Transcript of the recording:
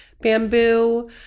bamboo